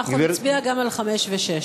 אנחנו נצביע גם על 5 ו-6.